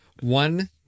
One